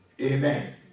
Amen